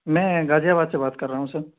میں غازی آباد سے بات کر رہا ہوں سر